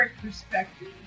perspective